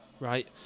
Right